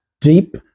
deep